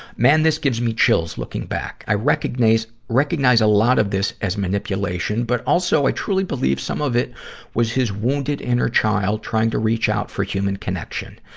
man, this gives me chills looking back. i recognize recognize a lot of this as manipulation, but also i truly believe some of it was his wounded inner child trying to reach out for human connection.